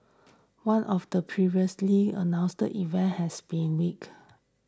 one of the previously announced events has been tweaked